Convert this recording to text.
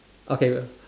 okay will